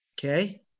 Okay